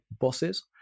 bosses